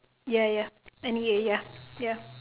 ya ya N_E_A ya ya